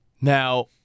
Now